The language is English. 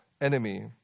enemy